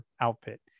outfit